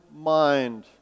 mind